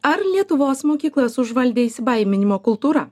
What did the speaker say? ar lietuvos mokyklas užvaldė įsibaiminimo kultūra